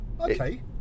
Okay